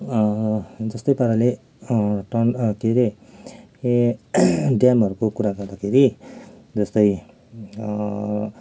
जस्तै पाराले पानी के रे ए ड्यामहरूको कुरा गर्दाखेरि जस्तै